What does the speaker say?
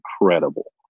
incredible